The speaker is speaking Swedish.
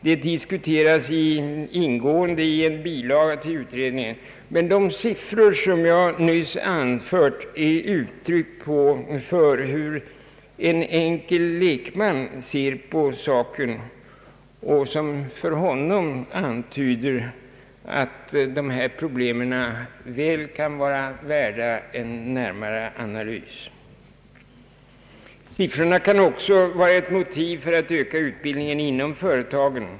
Det diskuteras ingående i en bilaga till utredningen. Men de siffror som jag nyss anfört är uttryck för hur en enkel lekman ser på saken, siffror som för honom antyder att dessa problem väl kan vara värda en närmare analys. Siffrorna kan också vara ett motiv för att öka utbildningen inom företagen.